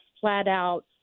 flat-out